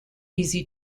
easy